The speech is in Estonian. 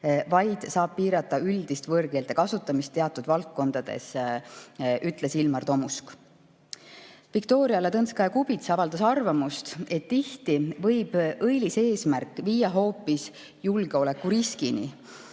vaid saab piirata üldist võõrkeelte kasutamist teatud valdkondades, ütles Ilmar Tomusk. Viktoria Ladõnskaja-Kubits avaldas arvamust, et tihti võib õilis eesmärk viia hoopis julgeolekuriskini,